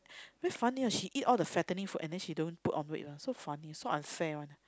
a bit funny you know she eat all the fattening food and then she don't put on weight one so funny so unfair [one]